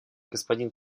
господин